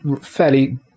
fairly